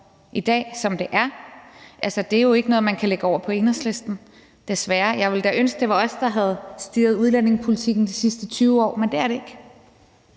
i dag, som det er. Det er ikke noget, man kan lægge over på Enhedslisten, desværre. Jeg ville da ønske, at det var os, der havde styret udlændingepolitikken de sidste 20 år, men det er det ikke.